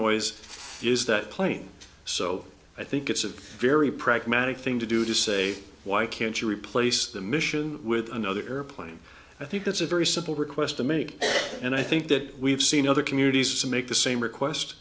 noise is that plane so i think it's a very pragmatic thing to do to say why can't you replace the mission with another airplane i think that's a very simple request to make and i think that we've seen other communities to make the same request